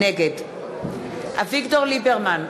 נגד אביגדור ליברמן,